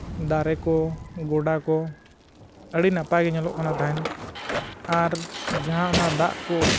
ᱫᱟᱨᱮ ᱠᱚ ᱜᱚᱰᱟ ᱠᱚ ᱟᱹᱰᱤ ᱱᱟᱯᱟᱭ ᱜᱮ ᱧᱮᱞᱚᱜ ᱠᱟᱱᱟ ᱛᱟᱦᱮᱸᱫ ᱟᱨ ᱡᱟᱦᱟᱸ ᱚᱱᱟ ᱫᱟᱜ ᱠᱚ